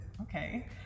okay